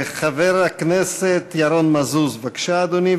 חבר הכנסת ירון מזוז, בבקשה, אדוני.